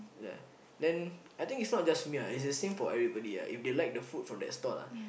ya then I think is not just me ah it's the same for everybody ah if they like the food from that stall ah